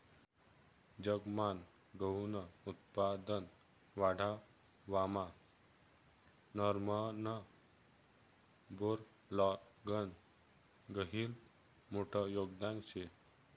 जगमान गहूनं उत्पादन वाढावामा नॉर्मन बोरलॉगनं गहिरं मोठं योगदान शे